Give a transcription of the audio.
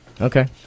Okay